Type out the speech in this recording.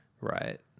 right